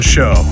Show